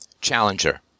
challenger